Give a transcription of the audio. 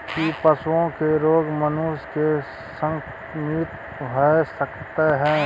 की पशुओं के रोग मनुष्य के संक्रमित होय सकते है?